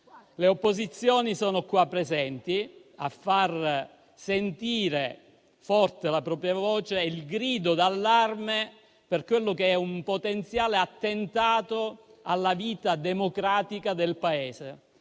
Le opposizioni sono qua presenti a far sentire forte la propria voce e il grido d'allarme per quello che è un potenziale attentato alla vita democratica del Paese.